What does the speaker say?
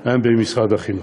הוא במשרד החינוך.